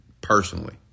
personally